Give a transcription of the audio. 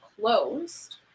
closed